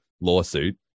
lawsuit